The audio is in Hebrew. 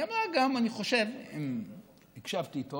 והיא אמרה גם, אני חושב, אם הקשבתי טוב,